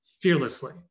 fearlessly